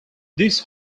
this